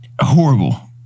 Horrible